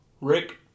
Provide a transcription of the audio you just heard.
rick